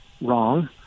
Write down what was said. wrong